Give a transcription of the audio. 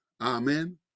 Amen